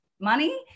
money